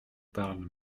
parle